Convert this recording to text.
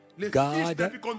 God